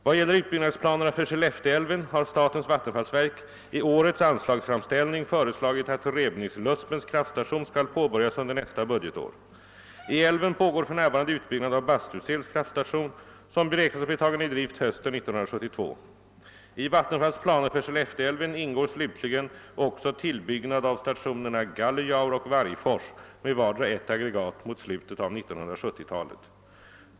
Vad gäller utbyggnadsplanerna för Skellefteälven har statens vattenfallsverk i årets anslagsframställning föreslagit att Rebnisluspens kraftstation skall påbörjas under nästa budgetår. I älven pågår för närvarande utbyggnad av Bastusels kraftstation, som beräknas bli tagen i drift hösten 1972. I Vattenfalls planer för Skellefteälven ingår slutligen också tillbyggnad av stationerna Gallejaur och Vargfors med vardera ett aggregat mot slutet av 1970 talet.